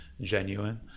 genuine